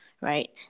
Right